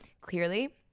clearly